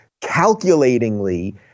calculatingly